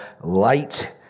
light